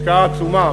השקעה עצומה,